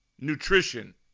nutrition